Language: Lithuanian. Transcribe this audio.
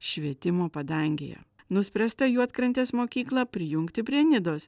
švietimo padangėje nuspręsta juodkrantės mokyklą prijungti prie nidos